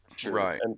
Right